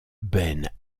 benne